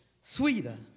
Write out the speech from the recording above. sweeter